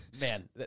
Man